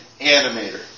animator